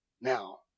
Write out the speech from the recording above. Now